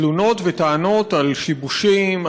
תלונות וטענות על שיבושים,